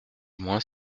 moins